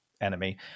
enemy